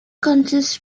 consists